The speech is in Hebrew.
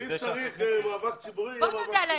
אם צריך מאבק ציבורי, יהיה מאבק ציבורי.